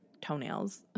toenails